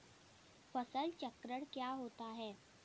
फसल चक्रण क्या होता है?